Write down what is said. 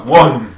one